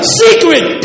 secret